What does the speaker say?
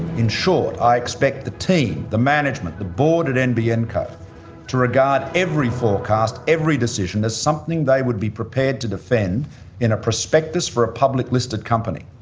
in short, i expect the team, the management, the board at the nbn co to regard every forecast, every decision, as something they would be prepared to defend in a prospectus for a public listed company.